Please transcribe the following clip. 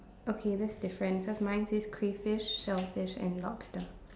okay that's different cause mine says crayfish shellfish and lobster